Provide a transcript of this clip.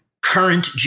current